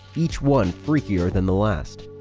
each one freakier than the last.